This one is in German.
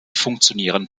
funktionieren